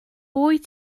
wyt